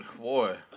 boy